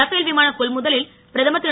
Rafale விமான கொள்முதவில் பிரதமர் திரு